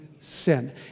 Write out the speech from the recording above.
sin